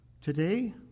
Today